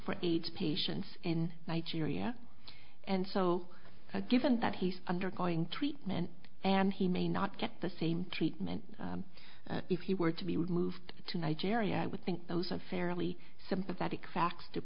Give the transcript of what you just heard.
for aids patients in nigeria and so a given that he's undergoing treatment and he may not get the same treatment if he were to be moved to nigeria i would think those are fairly sympathetic facts to